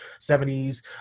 70s